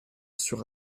sur